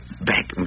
back